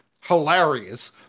hilarious